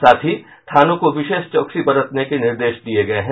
साथ ही थानों को विशेष चौकसी बरतने के निर्देश दिये गये हैं